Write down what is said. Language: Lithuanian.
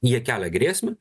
jie kelia grėsmę